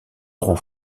roux